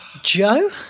Joe